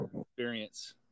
experience